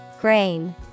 Grain